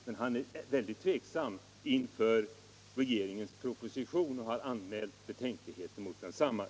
Men han är mycket tveksam inför regeringens proposition och har anmält betänkligheter mot densamma.